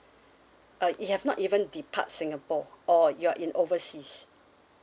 uh you have not even depart singapore or you are in overseas